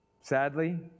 Sadly